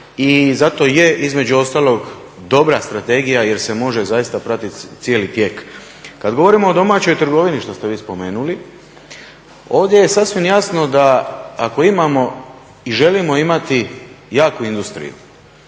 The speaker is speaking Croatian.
i zato je između ostalog dobra strategija jer se može zaista pratiti cijeli tijek. Kad govorimo o domaćoj trgovini, što ste vi spomenuli, ovdje je sasvim jasno da ako imamo i želimo imati jaku industriju